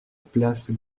place